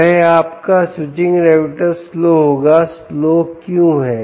वह आपका switching regulator slow होगा स्लो क्यों है